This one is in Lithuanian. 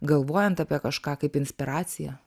galvojant apie kažką kaip inspiracija